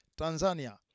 Tanzania